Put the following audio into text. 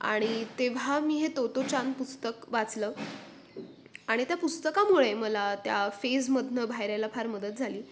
आणि तेव्हा मी हे तोत्ताेचान पुस्तक वाचलं आणि त्या पुस्तकामुळे मला त्या फेजमधून बाहेर यायला फार मदत झाली